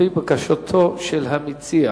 לפי בקשתו של המציע.